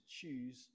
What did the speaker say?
choose